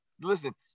Listen